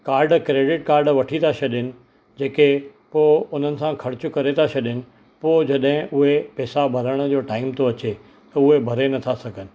card credit card वठी था छॾनि जेके पोइ उन्हनि सां ख़र्चु करे था छॾनि पोइ जॾहिं उहे पैसा भरण जो टाइम थो अचे उहे भरे न था सघनि